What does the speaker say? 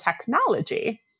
technology